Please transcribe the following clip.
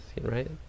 right